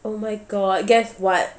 oh my god guess what